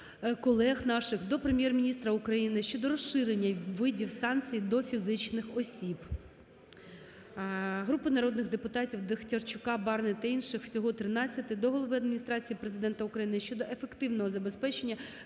колег наших) до Прем'єр-міністра України щодо розширення видів санкцій до фізичних осіб. Групи народних депутатів (Дехтярчука, Барни та інших. Всього 13) до голови Адміністрації Президента України щодо ефективного забезпечення